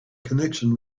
connection